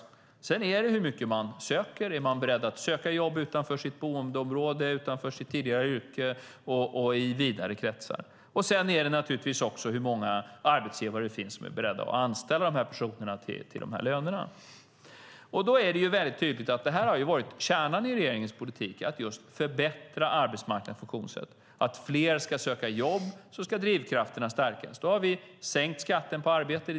Det handlar också om hur mycket man söker och om man är beredd att söka jobb utanför sitt boendeområde, utanför sitt tidigare yrke och i vidare kretsar. Sedan handlar det naturligtvis också om hur många arbetsgivare som är beredda att anställa dessa personer till dessa löner. Det är väldigt tydligt att kärnan i regeringens politik har varit just att förbättra arbetsmarknadens funktionsstöd. För att fler ska söka jobb behöver drivkrafterna stärkas. Då har vi sänkt skatten på arbete.